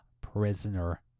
prisoner